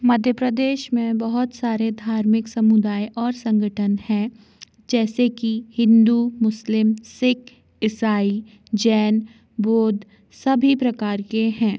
मध्य प्रदेश में बहुत सारे धार्मिक समुदाय और संगठन हैं जैसे कि हिन्दू मुस्लिम सिक्ख इसाई जैन बौद्ध सभी प्रकार के हैं